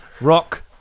rock